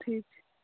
ठीक छै